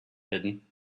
hidden